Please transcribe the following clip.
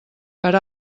per